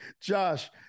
josh